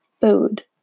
food